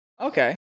okay